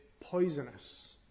poisonous